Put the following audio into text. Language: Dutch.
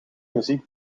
muziek